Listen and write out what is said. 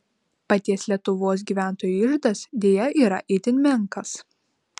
paties lietuvos gyventojų iždas deja yra itin menkas